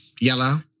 Yellow